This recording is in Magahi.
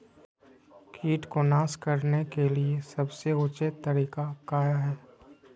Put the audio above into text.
किट को नास करने के लिए सबसे ऊंचे तरीका काया है?